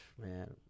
man